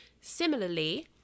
Similarly